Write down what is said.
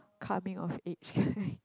coming of age kind